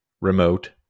remote